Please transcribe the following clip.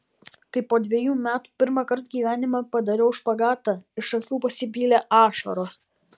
kai po dvejų metų pirmąkart gyvenime padariau špagatą iš akių pasipylė ašaros